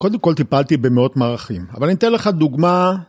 קודם כל טיפלתי במאות מערכים, אבל אני אתן לך דוגמא.